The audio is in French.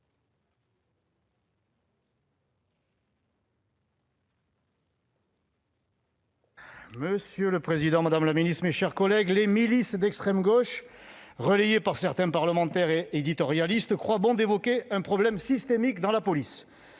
Monsieur le président, madame la ministre, mes chers collègues, les milices d'extrême gauche, relayées par certains parlementaires et éditorialistes, croient bon d'évoquer un « problème systémique » dans la police.